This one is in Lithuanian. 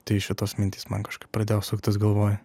tai šitos mintys man kažkaip pradėjo suktis galvoj